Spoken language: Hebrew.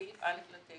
סעיף א לתקן,